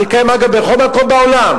זה קיים, אגב, בכל מקום בעולם.